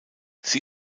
sie